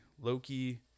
Loki